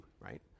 right